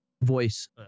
voice